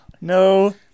No